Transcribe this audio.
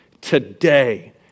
Today